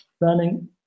running